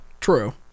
True